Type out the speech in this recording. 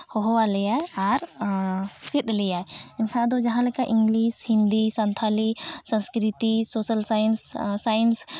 ᱦᱚᱦᱚ ᱟᱞᱮᱭᱟᱭ ᱟᱨ ᱪᱮᱫ ᱟᱞᱮᱭᱟᱭ ᱮᱱᱠᱷᱟᱱ ᱫᱚ ᱡᱟᱦᱟᱸ ᱞᱮᱠᱟ ᱤᱝᱞᱤᱥ ᱦᱤᱱᱫᱤ ᱥᱟᱱᱛᱷᱟᱲᱤ ᱥᱚᱝᱥᱠᱨᱤᱛᱤ ᱥᱳᱥᱟᱞ ᱥᱟᱭᱮᱱᱥ ᱥᱟᱭᱮᱱᱥ